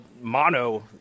mono